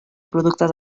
productes